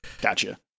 Gotcha